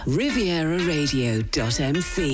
rivieraradio.mc